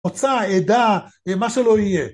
-וצא, עדה, אה, מה שלא יהיה.